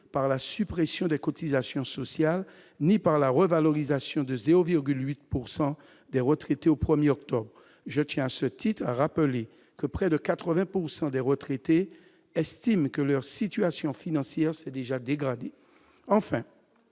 par la suppression des cotisations sociales, ni par la revalorisation de 0,8 pourcent des des retraités au 1er octobre je tiens à ce titre, a rappelé que près de 80 pourcent des des retraités estiment que leur situation financière s'est déjà dégradée,